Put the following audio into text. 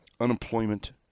unemployment